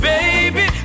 Baby